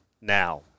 now